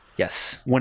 Yes